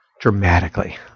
Dramatically